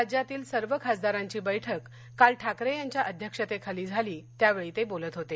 राज्यातील सर्व खासदारांची बैठक काल ठाकरे यांच्या अध्यक्षतेखाली झाली त्यावेळी ते बोलत होते